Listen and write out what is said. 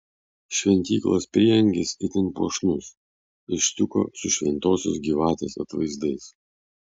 šventyklos prieangis itin puošnus iš stiuko su šventosios gyvatės atvaizdais